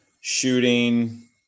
shooting